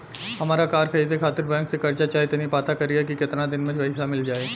हामरा कार खरीदे खातिर बैंक से कर्जा चाही तनी पाता करिहे की केतना दिन में पईसा मिल जाइ